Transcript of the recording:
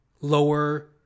lower